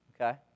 okay